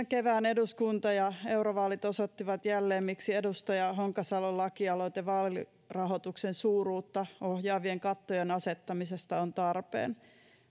kevään eduskunta ja eurovaalit osoittivat jälleen miksi edustaja honkasalon lakialoite vaalirahoituksen suuruutta ohjaavien kattojen asettamisesta on tarpeen